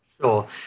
Sure